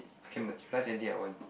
I can materialise anything I want